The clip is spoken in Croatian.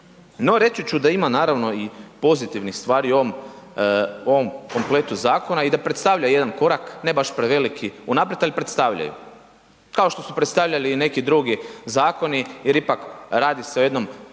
No, reći ću da ima naravno i pozitivnih stvari u ovom kompletu zakona i da predstavlja jedan korak, ne baš preveliki unaprijed, ali predstavljaju, kao što su predstavljali i neki drugi zakoni jer ipak radi se o jednom